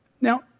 Now